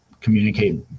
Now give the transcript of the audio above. communicate